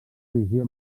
visió